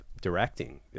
directing